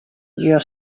your